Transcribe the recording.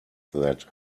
that